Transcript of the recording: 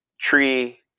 tree